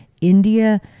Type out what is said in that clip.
India